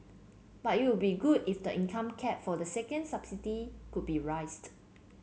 but it would be good if the income cap for the second subsidy could be raised